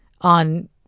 on